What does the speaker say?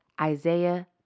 Isaiah